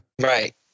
Right